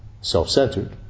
self-centered